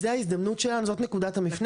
זו ההזדמנות שלנו וזאת נקודת המפנה.